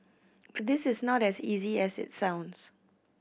but this is not as easy as it sounds